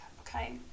Okay